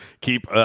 keep